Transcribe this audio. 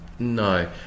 No